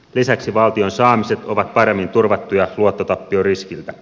lisäksi valtion saamiset ovat paremmin turvattuja luottotappioriskiltä